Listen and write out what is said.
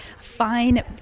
fine